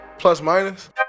Plus-minus